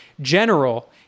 general